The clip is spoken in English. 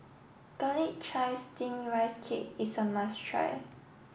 garlic chives steamed rice cake is a must try